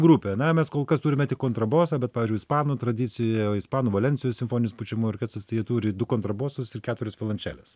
grupė ane mes kol kas turime tik kontrabosą bet pavyzdžiui ispanų tradicijoje ispanų valensijos simfoninis pučiamųjų orkestras jie turi du kontrabosus ir keturias violančiales